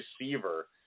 receiver